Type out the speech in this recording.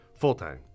full-time